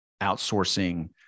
outsourcing